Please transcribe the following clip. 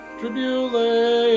tribulation